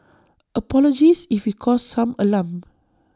apologies if we caused some alarm